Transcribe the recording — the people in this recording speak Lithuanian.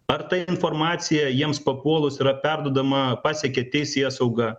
ar ta informacija jiems papuolus yra perduodama pasiekia teisėsaugą